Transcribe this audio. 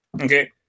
Okay